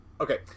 Okay